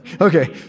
Okay